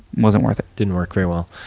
wasn't worth it. didn't work very well.